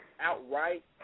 outright